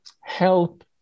help